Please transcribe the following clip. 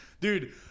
Dude